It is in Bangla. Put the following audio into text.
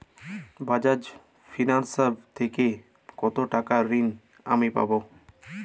বাজাজ ফিন্সেরভ থেকে কতো টাকা ঋণ আমি পাবো?